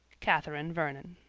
catherine vernon.